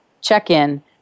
check-in